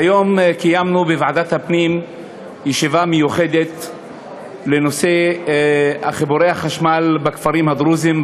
קיימנו בוועדת הפנים ישיבה מיוחדת בנושא חיבורי החשמל בכפרים הדרוזיים,